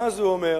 ואז הוא אומר